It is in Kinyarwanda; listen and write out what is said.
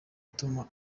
ituma